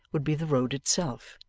would be the road itself.